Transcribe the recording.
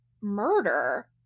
murder